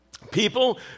People